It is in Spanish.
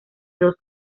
dos